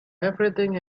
everything